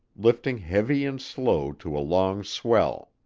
lifting heavy and slow to a long swell.